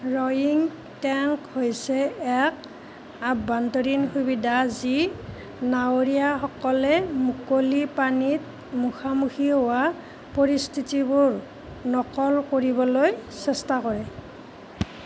ৰয়িং tank হৈছে এক আভ্যন্তৰীণ সুবিধা যি নাৱৰীয়াসকলে মুকলি পানীত মুখামুখি হোৱা পৰিস্থিতিবোৰ নকল কৰিবলৈ চেষ্টা কৰে